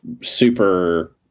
super